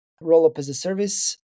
roll-up-as-a-service